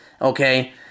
okay